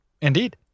indeed